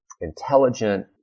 intelligent